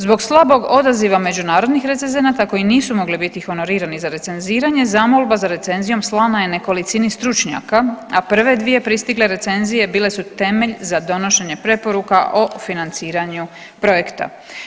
Zbog slabog odaziva međunarodnih recenzenata koji nisu mogli biti honorirani za recenziranje zamolba za recenzijom slana je nekolicini stručnjaka, a prve dvije pristigle recenzije bile su temelj za donošenje preporuka o financiranju projekta.